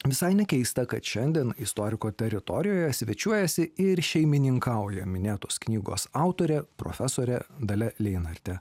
visai nekeista kad šiandien istoriko teritorijoje svečiuojasi ir šeimininkauja minėtos knygos autorė profesorė dalia leinartė